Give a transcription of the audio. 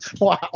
wow